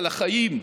על החיים,